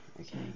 Okay